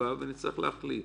נצטרך להחליט.